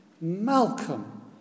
Malcolm